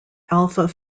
alpha